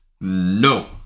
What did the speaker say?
No